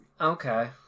okay